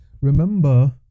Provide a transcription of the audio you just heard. Remember